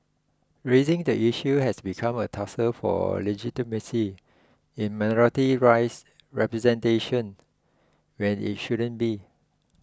raising the issue has become a tussle for legitimacy in minority rights representation when it shouldn't be